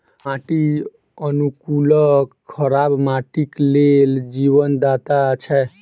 माटि अनुकूलक खराब माटिक लेल जीवनदाता छै